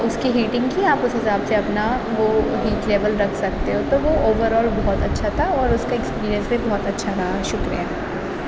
اس کی ہیٹنگ کی آپ اس حساب سے اپنا وہ ہیٹ لیول رکھ سکتے ہو تو وہ اوور آل بہت اچھا تھا اور اس کا ایکسپیریئنس بہت اچھا رہا شکریہ